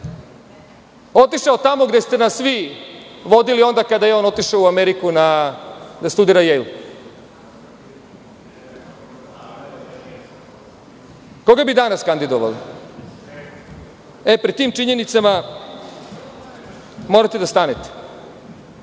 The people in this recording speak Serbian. otišao tamo gde ste nas vi vodili onda kada je on otišao u Ameriku da studira „Jejl“? Koga bi danas kandidovali. Pred tim činjenicama morate da stanete. Prvo